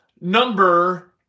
number